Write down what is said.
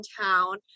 town